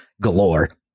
galore